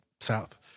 south